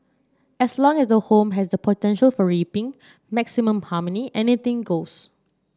as long as the home has the potential for reaping maximum harmony anything goes